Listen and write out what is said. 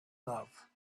love